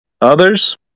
Others